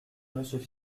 monsieur